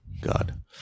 God